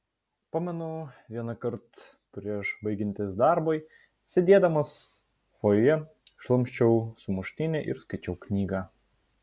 pamenu vienąkart prieš baigiantis darbui sėdėdamas fojė šlamščiau sumuštinį ir skaičiau knygą